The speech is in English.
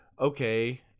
okay